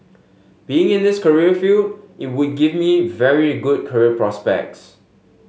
being in this career field it would give me very good career prospects